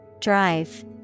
Drive